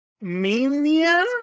Mania